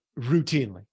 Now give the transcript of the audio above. routinely